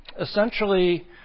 essentially